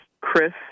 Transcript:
Chris